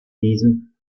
diesem